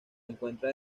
encuentra